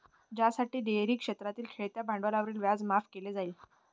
ज्यासाठी डेअरी क्षेत्रातील खेळत्या भांडवलावरील व्याज माफ केले जाईल